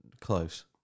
Close